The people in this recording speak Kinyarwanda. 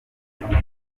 baba